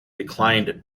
declined